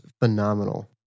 phenomenal